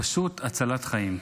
פשוט הצלת חיים.